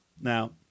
Now